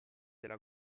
della